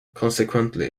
consequently